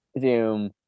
zoom